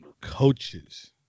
coaches